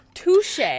Touche